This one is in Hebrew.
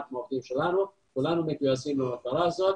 כולנו מגויסים למטרה הזאת.